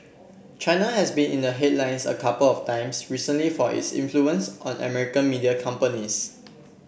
China has been in the headlines a couple of times recently for its influence on American media companies